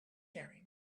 sharing